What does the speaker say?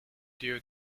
due